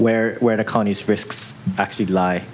where where the counties risks actually lie